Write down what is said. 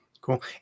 cool